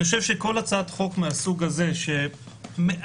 לכן אני חושב שכל הצעת חוק מהסוג הזה, שמאזנת